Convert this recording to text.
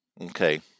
Okay